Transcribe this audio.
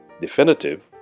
definitive